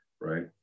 right